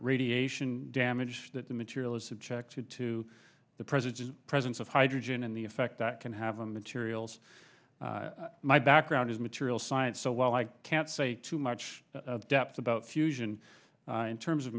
radiation damage that the material is subjected to the present presence of hydrogen and the effect that can have a materials my background is material science so while i can't say too much depth about fusion in terms of